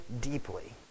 deeply